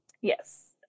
Yes